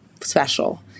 special